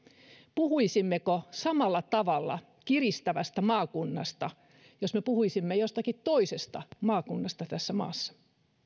puhuisimmeko samalla tavalla kiristävästä maakunnasta jos me puhuisimme jostakin toisesta maakunnasta tässä maassa